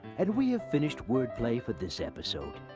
and we have finished word play for this episode.